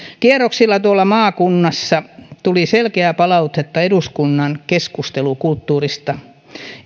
kierroksilla tuolla maakunnassa tuli nimittäin selkeää palautetta eduskunnan keskustelukulttuurista